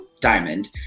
diamond